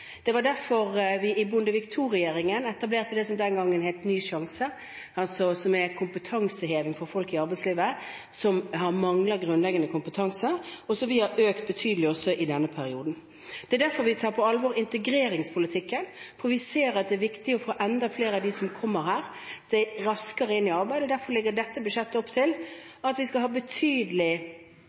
Det var derfor vi i Bondevik II-regjeringen etablerte det som den gangen het Ny sjanse, som er kompetansehevende for folk i arbeidslivet som mangler grunnleggende kompetanse, og som vi har økt betydelig også i denne perioden. Det er derfor vi tar på alvor integreringspolitikken, for vi ser at det er viktig å få enda flere av dem som kommer hit, raskere inn i arbeid. Derfor legger dette budsjettet opp til at vi skal ha